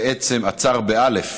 באל"ף,